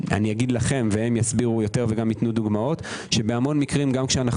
אגיד לכם והם יסבירו יותר וגם ייתנו דוגמאות שבהמון מקרים כשאנו